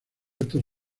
estos